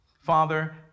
Father